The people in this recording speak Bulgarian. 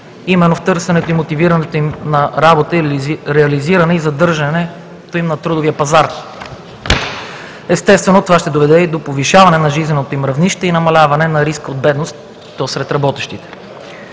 именно в търсенето и мотивирането им за работа или реализиране и задържането им на трудовия пазар. Естествено, това ще доведе и до повишаване на жизненото им равнище и намаляване на риска от бедност, и то сред работещите.